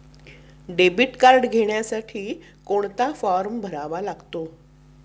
Debit card घेण्यासाठी कोणता form भरावा लागतो?